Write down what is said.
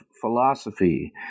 philosophy